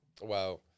Wow